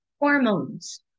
hormones